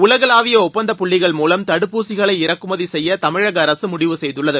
உலகளாவிய ஒப்பந்தப் புள்ளிகள் மூலம் தடுப்பூசிகளை இறக்குமதி செய்ய தமிழக அரசு முடிவு செய்துள்ளது